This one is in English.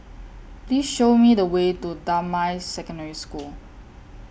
Please Show Me The Way to Damai Secondary School